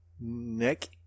neck